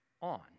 on